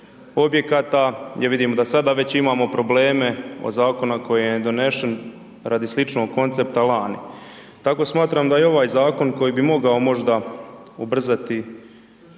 objekata, gdje vidimo da sada već imamo probleme od Zakona koji je donesen radi sličnog koncepta lani. Tako smatram da i ovaj Zakon koji bi mogao možda ubrzati